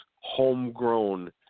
homegrown